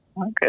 Okay